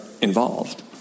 involved